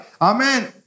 Amen